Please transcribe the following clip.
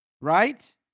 right